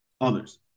others